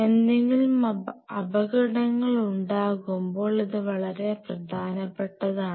എന്തെങ്കിലും അപകടങ്ങൾ ഉണ്ടാകുമ്പോൾ ഇത് വളരെ പ്രധാനപ്പെട്ടതാണ്